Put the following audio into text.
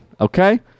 Okay